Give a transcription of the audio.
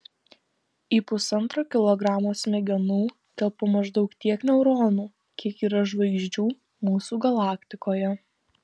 į pusantro kilogramo smegenų telpa maždaug tiek neuronų kiek yra žvaigždžių mūsų galaktikoje